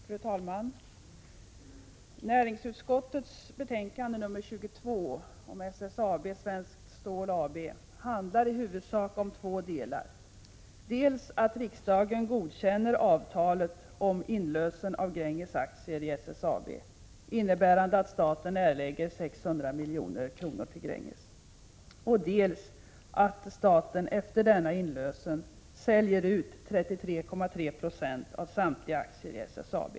Fru talman! Näringsutskottets betänkande 22 om SSAB Svenskt Stål AB handlar i huvudsak om två delar, dels att riksdagen godkänner avtalet om inlösen av Gränges aktier i SSAB, innebärande att staten erlägger 600 milj.kr. till Gränges, dels att staten efter denna inlösen säljer ut 33,3 20 av samtliga aktier i SSAB.